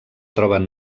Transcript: troben